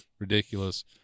ridiculous